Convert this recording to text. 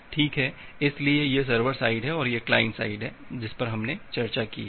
ठीक है इसलिए यह सर्वर साइड है और यह क्लाइंट साइड है जिस पर हमने चर्चा की है